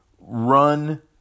run